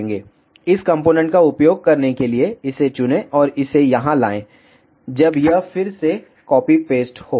इस कॉम्पोनेन्ट का उपयोग करने के लिए इसे चुनें और इसे यहां लाएं जब यह फिर से कॉपी पेस्ट हो